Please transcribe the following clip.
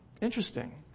Interesting